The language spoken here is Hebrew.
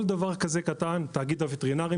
כל דבר כזה קטן תאגיד הווטרינרים